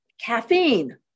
caffeine